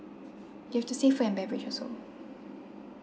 you have to say food and beverage also